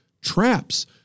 traps